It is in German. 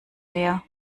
leer